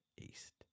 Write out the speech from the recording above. East